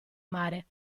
mare